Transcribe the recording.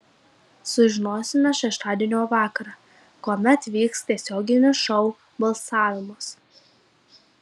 sužinosime šeštadienio vakarą kuomet vyks tiesioginis šou balsavimas